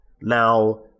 Now